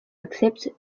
accepte